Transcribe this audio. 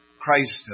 Christ